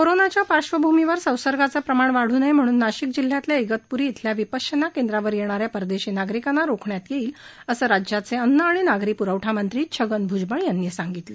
कोरोनाच्या पार्श्वभूमीवर संसर्गाचं प्रमाण वाढू नये म्हणून नाशिक जिल्हयातल्या इगतप्री इथल्या विपश्यना केंद्रावर येणाऱ्या परदेशी नागरिकांना रोखण्यात येईल असं राज्याचे अन्न आणि नागरी प्रवठा मंत्री छगन भ्जबळ यांनी सांगितलं